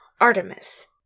Artemis